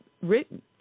written